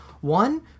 one